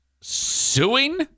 suing